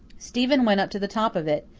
stephen went up to the top of it,